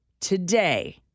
today